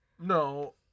No